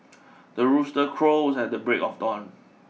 the rooster crows at the break of dawn